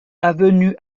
avenue